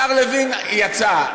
השר לוין יצא,